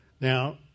Now